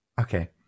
Okay